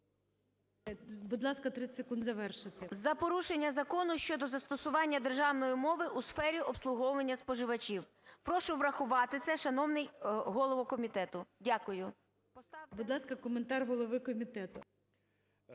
Будь ласка, 30 секунд завершити. ЛУЦЕНКО І.С. За порушення закону щодо застосування державної мови у сфері обслуговування споживачів. Прошу врахувати це, шановний голово комітету. Дякую. ГОЛОВУЮЧИЙ. Будь ласка, коментар голови комітету.